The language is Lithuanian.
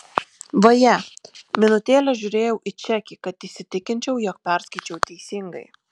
vaje minutėlę žiūrėjau į čekį kad įsitikinčiau jog perskaičiau teisingai